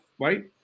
right